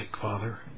Father